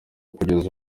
kugeza